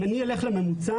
אם אני אלך לממוצע,